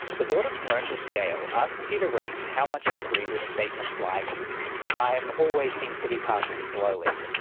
the boredom proneness scale asks you to rate how much you agree with statements like time always seems to be passing slowly.